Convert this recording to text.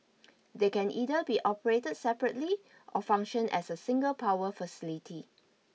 they can either be operated separately or function as a single power facility